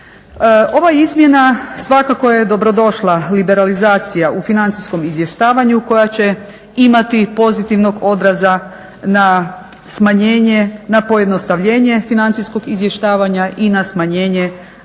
Ova izmjena svakako je dobro došla liberalizacija u financijskom izvještavanju koja će imati pozitivnog odraza na smanjenje, na pojednostavljenje financijskog izvještavanja i na smanjenje